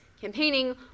campaigning